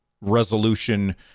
resolution